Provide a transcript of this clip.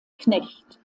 knecht